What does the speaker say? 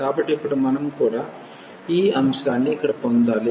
కాబట్టి ఇప్పుడు మనం కూడా ఈ అంశాన్ని ఇక్కడ పొందాలి